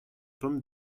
pommes